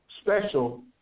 special